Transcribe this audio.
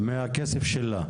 מהכסף שלה?